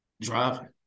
driving